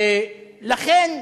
לכן,